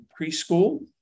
preschool